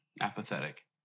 apathetic